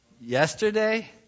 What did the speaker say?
yesterday